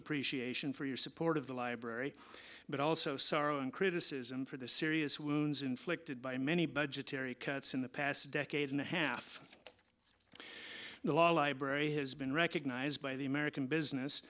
appreciation for your support of the library but also sorrow and criticism for the serious wounds inflicted by many budgetary cuts in the past decade and a half the law library has been recognized by the american business